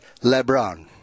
Lebron